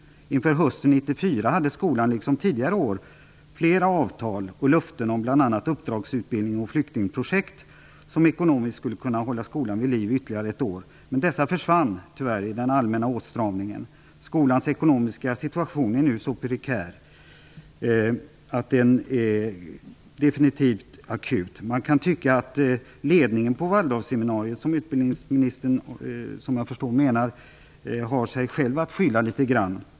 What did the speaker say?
Inför hösten 1994 hade skolan, liksom tidigare år, flera avtal och löften om bl.a. uppdragsutbildningar om flyktingprojekt, uppdragsutbildningar som ekonomiskt skulle kunna hålla skolan vid liv ytterligare ett år. Men dessa utbildningar drogs in i samband med den allmänna åtstramningen. Skolans ekonomiska situation är nu prekär och definitivt akut. Såvitt jag förstår, menar utbildningsministern att ledningen för Waldorfseminariet något har sig själv att skylla; det kan man ju tycka.